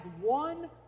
one